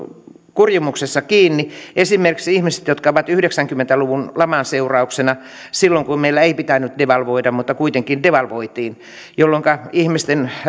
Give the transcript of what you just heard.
kurjimuksessa kiinni esimerkiksi ne ihmiset jotka yhdeksänkymmentä luvun laman seurauksena silloin kun meillä ei pitänyt devalvoida mutta kuitenkin devalvoitiin jolloinka ihmisten